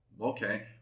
Okay